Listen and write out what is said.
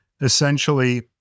essentially